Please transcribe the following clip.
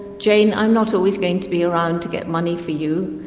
jane, i'm not always going to be around to get money for you,